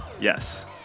yes